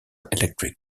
electric